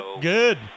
good